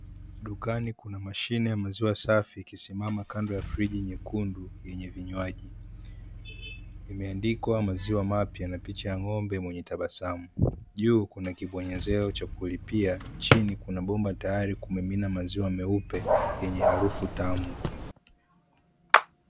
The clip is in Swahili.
Dukani kuna mashine ya maziwa safi ikisimama kando ya friji nyekundu yenye vinywaji, imeandikwa maziwa mapya na picha ya ng'ombe mwenye tabasamu, juu kuna kibonyezeo cha kulipia, chini kuna bomba tayari kumimina maziwa meupe yenye harufu tamu.